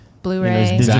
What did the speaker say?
Blu-ray